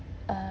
err